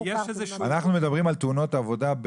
אנחנו מדברים על תאונות עבודה,